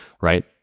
right